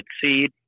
seed